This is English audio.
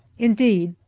indeed,